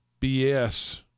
BS